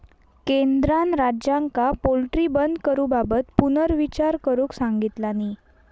केंद्रान राज्यांका पोल्ट्री बंद करूबाबत पुनर्विचार करुक सांगितलानी